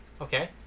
Okay